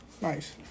Nice